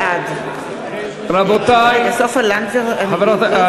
בעד השרה סופה לנדבר.